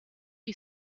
you